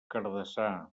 cardassar